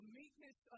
meekness